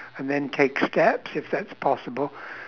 and then take steps if that's possible